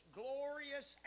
glorious